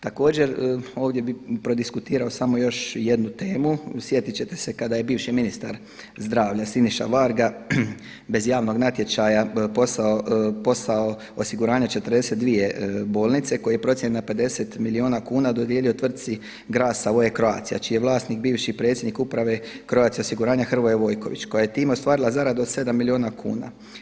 Također ovdje bih prodiskutirao samo još jednu temu, sjetiti ćete se kada je bivši ministar zdravlja Siniša Varga bez javnog natječaja posao osiguranja 42 bolnice koje je procijenjeno na 50 milijuna kuna dodijelio tvrtki Gras Savoye Croatia čiji je vlasnik bivši predsjednik uprave Croatia osiguranja Hrvoje Vojković koja je time ostvarila zaradu od 7 milijuna kuna.